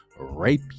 rape